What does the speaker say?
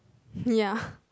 ya